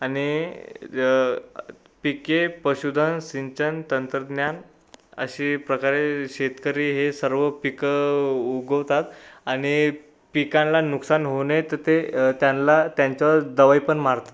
आणि पिके पशुधन सिंचन तंत्रज्ञान असे प्रकारे शेतकरी हे सर्व पिकं उगवतात आणि पिकांना नुकसान होऊ नये तर ते त्यांना त्यांच्यावर दवाई पण मारतात